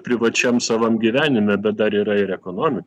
privačiam savam gyvenime bet dar yra ir ekonomika